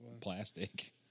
Plastic